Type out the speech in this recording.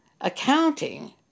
accounting